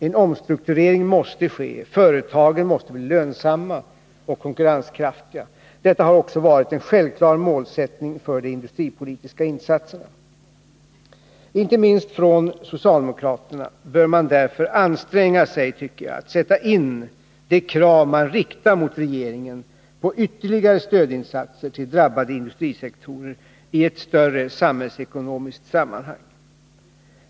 En omstrukturering måste ske. Företagen måste bli lönsamma och konkurrenskraftiga. Detta har också varit en självklar målsättning för de industripolitiska insatserna. Inte minst socialdemokraterna bör därför anstränga sig, tycker jag, att sätta in de krav man riktar mot regeringen på ytterligare stödinsatser till drabbade industrisektorer i ett större samhällsekonomiskt sammanhang.